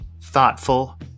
Thoughtful